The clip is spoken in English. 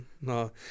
no